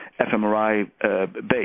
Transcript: fMRI-based